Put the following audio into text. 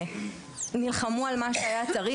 יש לי הורים שנלחמו על מה שהיה צריך.